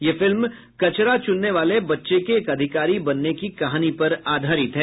यह फिल्म कचरा चुनने वाले बच्चे के एक अधिकारी बनने की कहानी पर आधारित है